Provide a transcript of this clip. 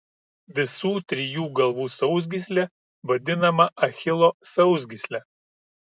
visų trijų galvų sausgyslė vadinama achilo sausgysle